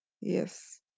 yes